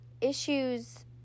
issues